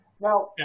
Now